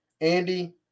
Andy